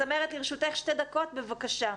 צמרת, לרשותך שתי דקות, בבקשה.